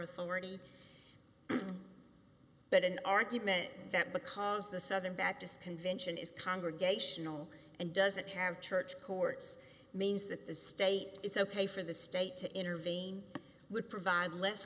authority but an argument that because the southern baptist convention is congregational and doesn't have church courts means that the state it's ok for the state to intervene would provide less